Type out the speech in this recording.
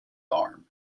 arm